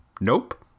Nope